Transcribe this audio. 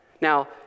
Now